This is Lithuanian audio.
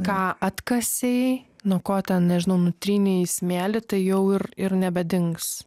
ką atkasei nuo ko ten nežinau nutrynei į smėlį tai jau ir ir nebedings